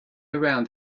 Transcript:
around